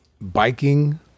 biking